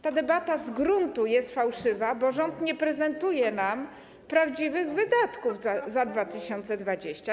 Ta debata jest z gruntu fałszywa, bo rząd nie prezentuje nam prawdziwych wydatków za 2020 r.